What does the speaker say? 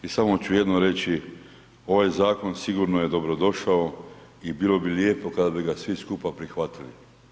I samo ću jedno reći, ovaj zakon sigurno je dobrodošao i bilo bi lijepo kada bi ga svi skupa prihvatili.